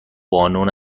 بانون